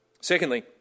Secondly